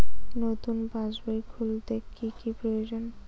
নতুন পাশবই খুলতে কি কি প্রয়োজন?